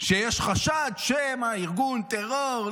כשיש חשד שמא מדובר בארגון טרור,